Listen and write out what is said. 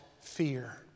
fear